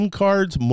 cards